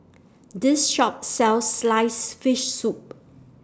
This Shop sells Sliced Fish Soup